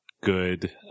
good